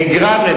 נגרם נזק.